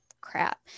crap